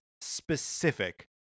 specific